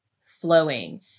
flowing